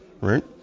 right